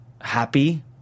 Happy